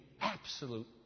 absolute